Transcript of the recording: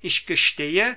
ich gestehe